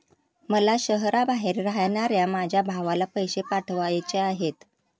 मला शहराबाहेर राहणाऱ्या माझ्या भावाला पैसे पाठवायचे आहेत